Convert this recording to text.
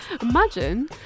Imagine